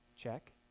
check